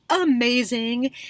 amazing